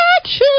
action